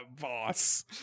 boss